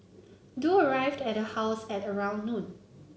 Du arrived at her house at around noon